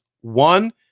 One